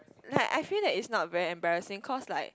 like I feel that it's not very embarrassing cause like